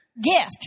Gift